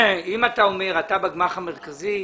אם אתה אומר, אתה בגמ"ח המרכזי,